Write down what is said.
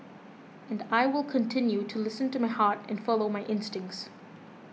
and I will continue to listen to my heart and follow my instincts